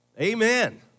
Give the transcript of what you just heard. Amen